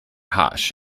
hush